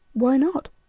why not?